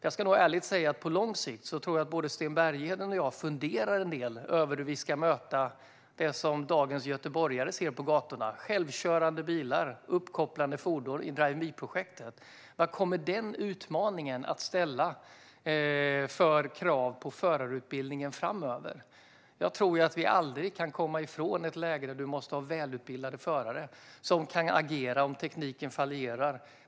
Jag ska ärligt säga att på lång sikt tror jag att både Sten Bergheden och jag funderar en del över hur vi ska möta det som dagens göteborgare ser på gatorna: självkörande bilar och uppkopplade fordon i Drive Me-projektet. Vad kommer den utmaningen att ställa för krav på förarutbildningen framöver? Jag tror att vi aldrig kan komma ifrån ett läge där vi måste ha välutbildade förare som kan agera om tekniken fallerar.